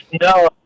No